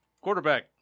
Quarterback